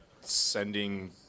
sending